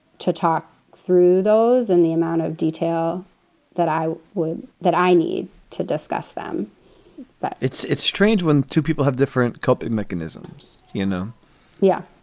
to talk through those and the amount of detail that i would that i need to discuss them but it's it's strange when two people have different coping mechanisms, you know yeah,